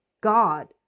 God